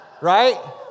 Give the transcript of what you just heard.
Right